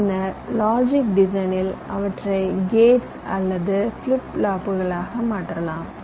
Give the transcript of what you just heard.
பின்னர் லாஜிக் டிசைனில் அவற்றை கேட்ஸ் அல்லது ஃபிளிப் ஃப்ளாப்புகளாக மாற்றலாம்